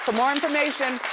ah more information,